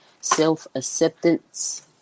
Self-acceptance